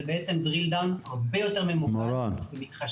בעצם דריל דאון הרבה יותר ממוקד ומתחשב --- מורן,